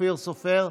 אופיר סופר,